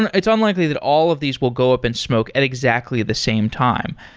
and it's unlikely that all of these will go up in smoke at exactly the same time.